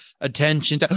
attention